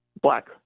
black